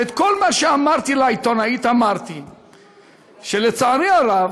ואת כל מה שאמרתי כבר אמרתי לעיתונאית, לצערי הרב.